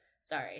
Sorry